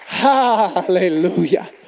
Hallelujah